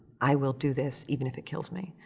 i will do this even if it kills me,